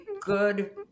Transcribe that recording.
good